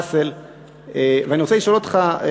ואני רוצה לשאול אותך,